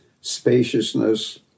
spaciousness